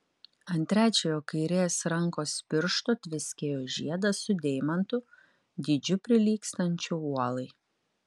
ant trečiojo kairės rankos piršto tviskėjo žiedas su deimantu dydžiu prilygstančiu uolai